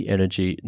Energy